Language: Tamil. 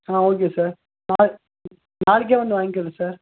ஆ ஓகே சார் நாளைக் நாளைக்கே வந்து வாங்கிக்கிறேன் சார்